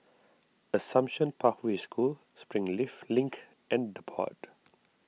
Assumption Pathway School Springleaf Link and the Pod